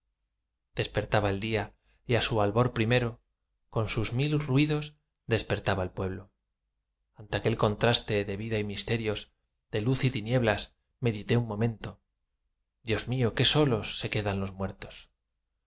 despertaba el día y á su albor primero con sus mil ruidos despertaba el pueblo ante aquel contraste de vida y misterios de luz y tinieblas medité un momento dios mío qué solos se quedan los muertos